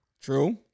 True